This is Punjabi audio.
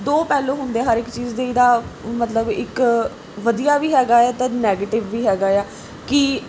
ਦੋ ਪਹਿਲੂ ਹੁੰਦੇ ਆ ਹਰ ਇੱਕ ਚੀਜ਼ ਦੇ ਇਹਦਾ ਮਤਲਬ ਇੱਕ ਵਧੀਆ ਵੀ ਹੈਗਾ ਤਾਂ ਨੈਗੇਟਿਵ ਵੀ ਹੈਗਾ ਆ ਕਿ